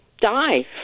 die